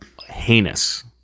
heinous